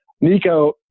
Nico